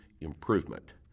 improvement